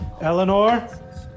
Eleanor